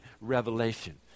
revelation